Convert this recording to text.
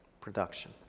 production